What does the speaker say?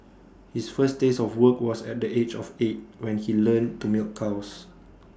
his first taste of work was at the age of eight when he learned to milk cows